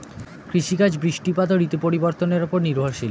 কৃষিকাজ বৃষ্টিপাত ও ঋতু পরিবর্তনের উপর নির্ভরশীল